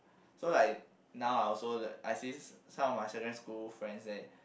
so like now I also I see some of my secondary school friends then